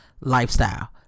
lifestyle